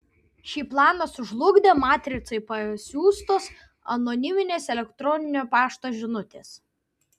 šį planą sužlugdė matricai pasiųstos anoniminės elektroninio pašto žinutės